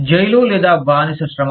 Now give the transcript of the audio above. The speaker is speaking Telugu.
జైలు లేదా బానిస శ్రమ